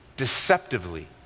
deceptively